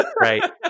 Right